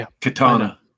Katana